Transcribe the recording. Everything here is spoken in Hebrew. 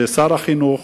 ששר החינוך